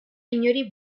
inori